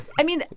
i mean,